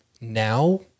now